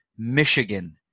Michigan